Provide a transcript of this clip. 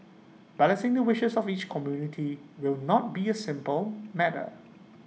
balancing the wishes of each community will not be A simple matter